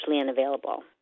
unavailable